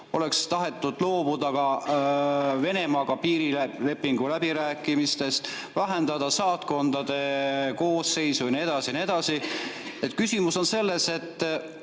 oleks tahetud loobuda Venemaaga piirilepingu läbirääkimistest, vähendada saatkondade koosseisu ja nii edasi ja nii edasi. Küsimus on selles,